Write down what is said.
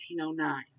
1909